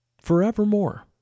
forevermore